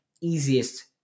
easiest